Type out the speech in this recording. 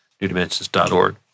NewDimensions.org